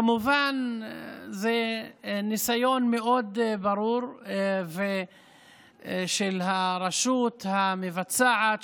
כמובן שזה ניסיון מאוד ברור של הרשות המבצעת,